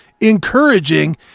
encouraging